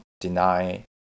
deny